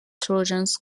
trojans